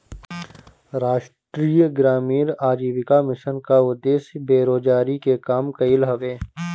राष्ट्रीय ग्रामीण आजीविका मिशन कअ उद्देश्य बेरोजारी के कम कईल हवे